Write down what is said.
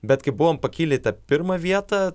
bet kai buvom pakilę į tą pirmą vietą